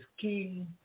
King